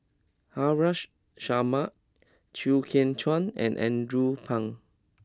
Haresh Sharma Chew Kheng Chuan and Andrew Phang